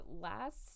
last